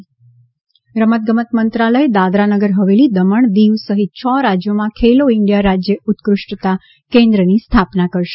રમતગમત મંત્રાલય રમત ગમત મંત્રાલયદાદરાનગર હવેલી દમણ દીવ સહીત છ રાજયોમાં ખેલો ઇન્ડિયા રાજય ઉત્કૃષ્ટતા કેન્દ્રની સ્થાપના કરશે